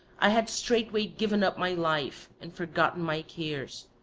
i had straightway given up my life and forgotten my cares,